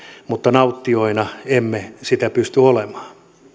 mutta nauttijoita emme pysty olemaan